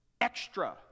extra